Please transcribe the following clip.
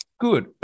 Good